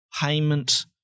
payment